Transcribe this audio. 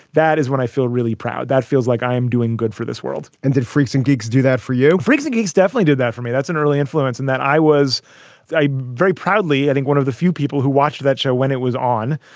that is when i feel really proud. that feels like i am doing good for this world and that freaks and geeks do that for you. freaks and geeks definitely do that for me. that's an early influence in that. i was a very proudly, i think one of the few people who watched that show when it was on.